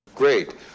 Great